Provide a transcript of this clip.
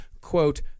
quote